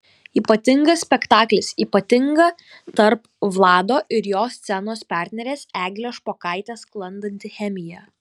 ypatingas spektaklis ypatinga tarp vlado ir jo scenos partnerės eglės špokaitės sklandanti chemija